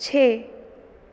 ਛੇ